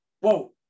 Whoa